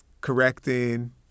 correcting